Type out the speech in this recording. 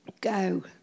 Go